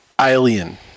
Alien